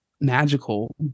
magical